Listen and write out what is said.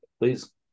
please